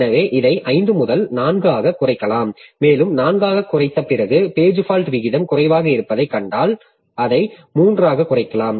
எனவே இதை 5 முதல் 4 ஆகக் குறைக்கலாம் மேலும் 4 ஆகக் குறைத்த பிறகும் பேஜ் ஃபால்ட் விகிதம் குறைவாக இருப்பதைக் கண்டால் அதை 3 ஆகக் குறைக்கலாம்